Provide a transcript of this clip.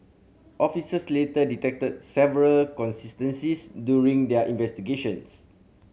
officers later detected several inconsistencies during their investigations